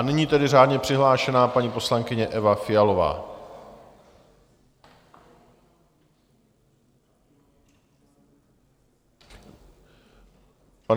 Nyní tedy řádně přihlášená paní poslankyně Eva Fialová.